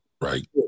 right